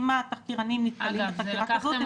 אם התחקירנים נתקלים בחקירה כזאת,